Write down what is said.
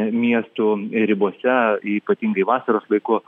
miestų ribose ypatingai vasaros laiku